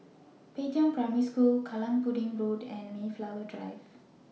Pei Tong Primary School Kallang Pudding Road and Mayflower Drive